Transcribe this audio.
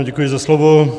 Děkuji za slovo.